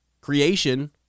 creation